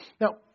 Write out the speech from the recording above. Now